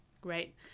Great